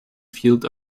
field